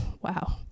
wow